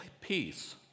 peace